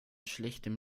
schlechtem